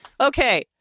Okay